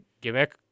gimmick